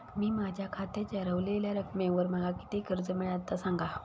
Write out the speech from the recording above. मी माझ्या खात्याच्या ऱ्हवलेल्या रकमेवर माका किती कर्ज मिळात ता सांगा?